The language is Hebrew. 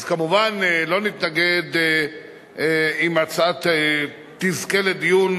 אז כמובן לא נתנגד אם ההצעה תזכה לדיון